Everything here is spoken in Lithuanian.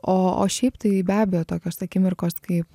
o o šiaip tai be abejo tokios akimirkos kaip